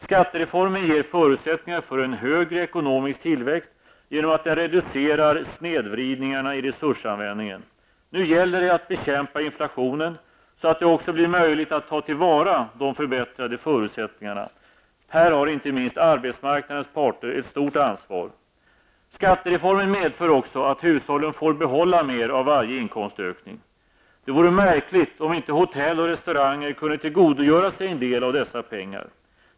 Skattereformen ger förutsättningar för en högre ekonomisk tillväxt genom att den reducerar snedvridningarna i resursanvändningen. Nu gäller det att bekämpa inflationen så att det också blir möjligt att ta tillvara de förbättrade förutsättningarna. Här har inte minst arbetsmarknadens parter ett stort ansvar. Skattereformen medför också att hushållen får behålla mer av varje inkomstökning. Det vore märkligt om inte hotell och restauranger kunde tillgodogöra sig en del av dessa pengar.